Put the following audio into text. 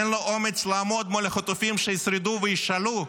אין לו אומץ לעמוד מול החטופים שישרדו וישאלו: